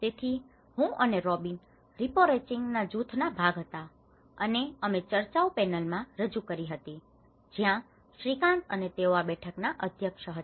તેથી હું અને રોબિન રીપોરેચરિંગ જૂથ નો ભાગ હતા અને અમે ચર્ચાઓ પેનલ માં રજુ કરી હતી જ્યાં શ્રીકાંત અને તેઓ આ બેઠક ના અધ્યક્ષ હતા